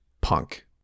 punk